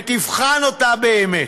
ותבחן אותה באמת.